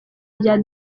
rya